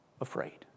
afraid